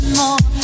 more